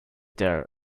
there